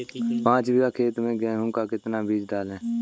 पाँच बीघा खेत में गेहूँ का कितना बीज डालें?